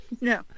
No